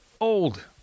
old